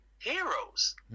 heroes